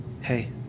Hey